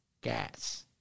gas